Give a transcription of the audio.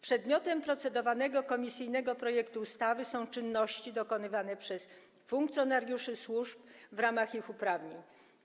Przedmiotem procedowanego komisyjnego projektu ustawy są czynności dokonywane przez funkcjonariuszy służb w ramach ich uprawnień.